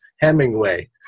hemingway